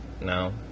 no